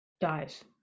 dies